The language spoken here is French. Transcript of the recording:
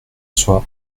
soit